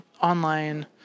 online